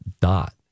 dot